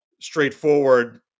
straightforward